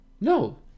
No